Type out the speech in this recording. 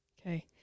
Okay